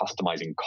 customizing